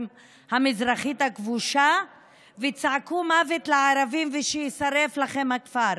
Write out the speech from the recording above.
המזרחית הכבושה וצעקו "מוות לערבים" ו"שיישרף לכם הכפר".